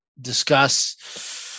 discuss